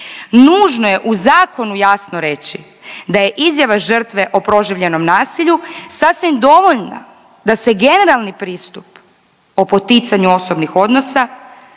nužno je u zakonu jasno reći da je izjava žrtve o proživljenom nasilju sasvim dovoljna da se generalni pristup o poticanju osobnih odnosa